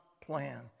plan